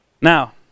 Now